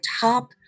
top